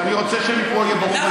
ואני רוצה שמפה יהיה ברור,